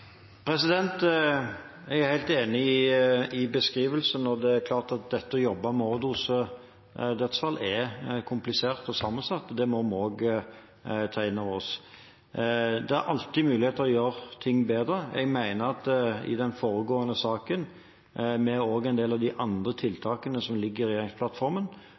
Jeg er helt enig i beskrivelsen. Det å jobbe med overdosedødsfall er komplisert og sammensatt, og det må vi ta inn over oss. Det er alltid mulig å gjøre ting bedre. Jeg mener at i den foregående saken, og også med en del av de andre tiltakene som ligger i regjeringsplattformen,